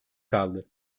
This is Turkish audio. kaldı